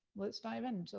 let's dive in. so,